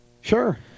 Sure